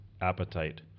appetite